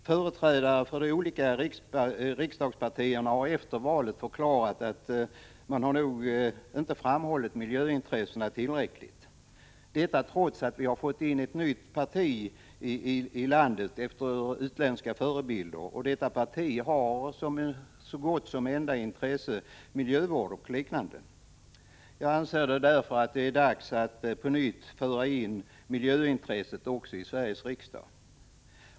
Företrädare för de olika riksdagspartierna har efter valet förklarat att de nog inte framhållit miljöintressena tillräckligt — detta trots att vi i Sverige fått ett nytt parti, bildat efter utländska förebilder, vilket har miljövård och liknande som så gott som enda intresse. Jag anser därför att det är dags att på nytt föra in miljöintresset också i Sveriges riksdag.